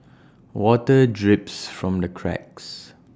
water drips from the cracks